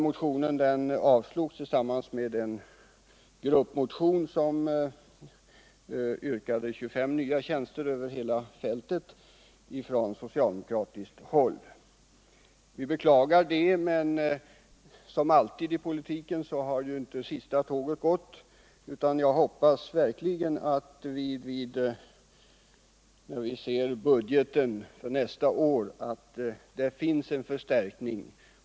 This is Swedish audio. Motionen avslogs tillsammans med en gruppmotion från socialdemokratiskt håll som yrkade 25 nya tjänster över hela fältet. Vi beklagar detta avslag, men som alltid i politiken har ju inte det sista tåget gått, utan jag hoppas verkligen att vi i budgeten för nästa år kommer att finna en förstärkning.